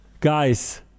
guys